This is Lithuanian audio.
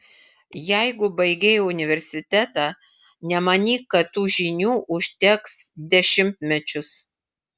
jeigu baigei universitetą nemanyk kad tų žinių užteks dešimtmečius